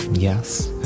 Yes